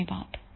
धन्यवाद